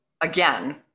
again